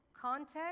Context